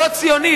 לא ציונית,